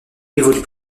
évolue